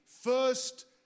first